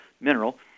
mineral